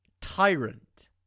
tyrant